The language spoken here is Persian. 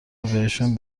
بهشون